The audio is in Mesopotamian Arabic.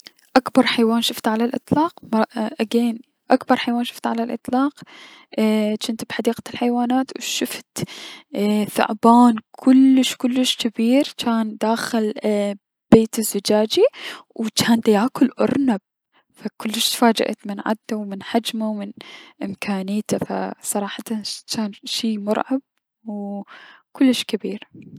اكبر حيوان شفته على الأطلاق اي- جنت بحديقة الحيوانات و شفت ثعبان جان كلش كلش جبير جان داخل بيت زجاجي و جان دياكل ارنب! فكلش تعجبت من عده و من حجمه و من امكانيته و صراحتا جان شي مرعب و كلش جبير.